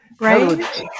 right